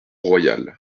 royal